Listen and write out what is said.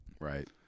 Right